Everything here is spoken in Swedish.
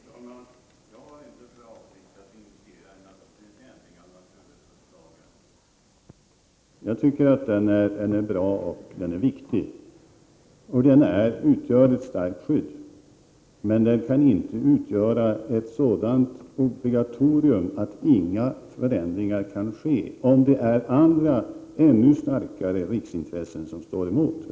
Fru talman! Jag har inte för avsikt att initiera en ändring av naturresurslagen. Jag tycker att den är bra och viktig och att den har en stark skyddsfunktion. Men den kan inte utgöra ett sådant obligatorium att inga förändringar kan ske, om andra, ännu starkare riksintressen står emot.